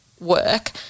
work